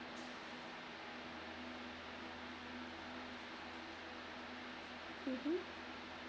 mmhmm